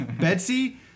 Betsy